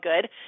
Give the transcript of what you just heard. good